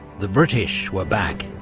the british were back.